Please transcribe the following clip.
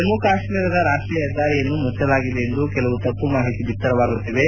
ಜಮ್ಮು ಕಾಶ್ಮೀರದ ರಾಷ್ಟೀಯ ಹೆದ್ದಾರಿಯನ್ನು ಮುಚ್ಚಲಾಗಿದೆ ಎಂದು ಕೆಲವು ತಪ್ಪು ಮಾಹಿತಿ ಬಿತ್ತರವಾಗುತ್ತಿವೆ